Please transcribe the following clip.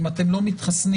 אם אתם לא מתחסנים,